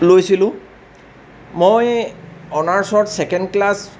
লৈছিলোঁ মই অনাৰ্চত ছেকেণ্ড ক্লাছ